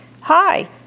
hi